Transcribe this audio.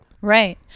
right